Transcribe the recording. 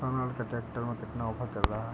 Sonalika tractor में कितना offer चल रहा है?